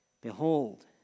Behold